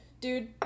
dude